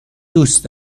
دوست